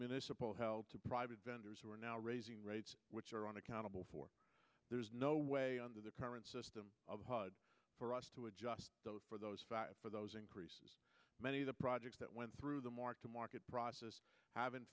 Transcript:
miscible help to private vendors who are now raising rates which are on accountable for there is no way under the current system for us to adjust for those five for those increase many of the projects that went through the mark to market process have in